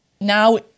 now